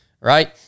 right